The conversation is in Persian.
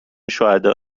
شهداء